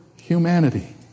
humanity